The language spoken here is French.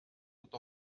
doute